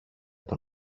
τον